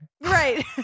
right